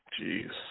Jeez